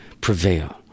prevail